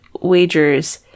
wagers